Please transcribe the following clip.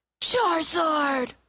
Charizard